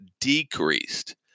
decreased